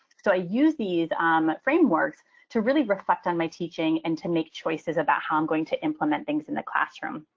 so i use these um frameworks to really reflect on my teaching and to make choices about how i'm going to implement things in the classroom.